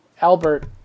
Albert